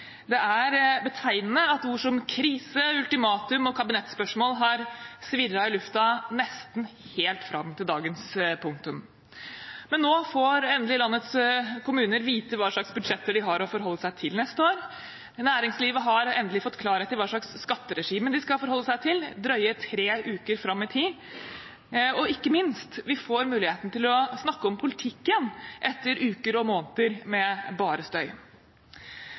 Det er betegnende at ord som «krise», «ultimatum» og «kabinettsspørsmål» har svirret i lufta nesten helt fram til dagens punktum. Men nå får endelig landets kommuner vite hva slags budsjetter de har å forholde seg til neste år. Næringslivet har endelig fått klarhet i hva slags skatteregime de skal forholde seg til drøye tre uker fram i tid, og, ikke minst, vi får muligheten til å snakke om politikken, etter uker og måneder med